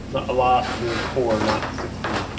a lot being four, not sixteen.